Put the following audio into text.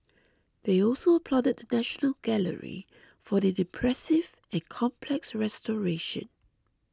they also applauded the National Gallery for an impressive and complex restoration